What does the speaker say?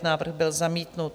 Návrh byl zamítnut.